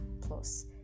plus